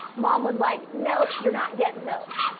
mom was like, nope, you're not getting those.